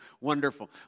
wonderful